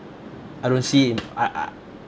I don't see it in I I